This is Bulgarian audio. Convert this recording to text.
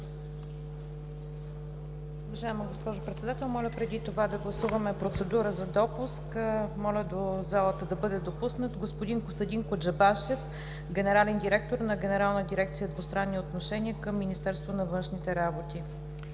Уважаема госпожо Председател, моля да гласуваме процедура за допуск – до залата да бъде допуснат господин Костадин Коджабашев, генерален директор на Генерална дирекция „Двустранни отношения“ към Министерството на външните работи.